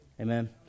Amen